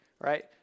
right